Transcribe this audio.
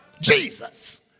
Jesus